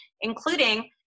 including